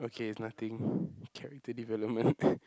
okay it's nothing character development